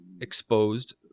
exposed